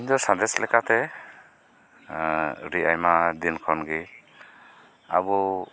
ᱤᱧ ᱫᱚ ᱥᱟᱸᱫᱮᱥ ᱞᱮᱠᱟᱛᱮ ᱟᱹᱰᱤ ᱟᱭᱢᱟ ᱫᱤᱱ ᱠᱷᱚᱱ ᱜᱮ ᱟᱵᱚ